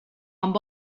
amb